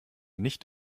nicht